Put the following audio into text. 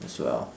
as well